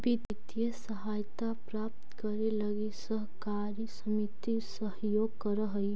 वित्तीय सहायता प्राप्त करे लगी सहकारी समिति सहयोग करऽ हइ